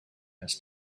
has